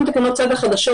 גם בתקנות החדשות,